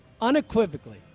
unequivocally